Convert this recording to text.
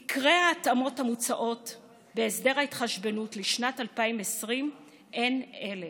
עיקרי ההתאמות המוצעות בהסדר ההתחשבנות לשנת 2020 הן אלה: